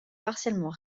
partiellement